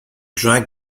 drag